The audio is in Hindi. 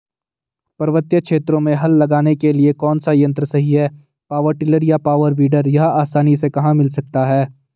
पर्वतीय क्षेत्रों में हल लगाने के लिए कौन सा यन्त्र सही है पावर टिलर या पावर वीडर यह आसानी से कहाँ मिल सकता है?